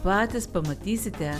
patys pamatysite